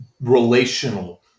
relational